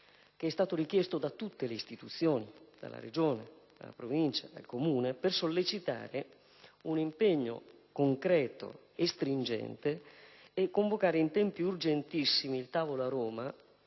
prefettura, richiesto da tutte le istituzioni (Regione, Provincia, Comune), per sollecitare un impegno concreto e stringente e convocare in tempi urgentissimi un tavolo a Roma,